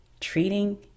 treating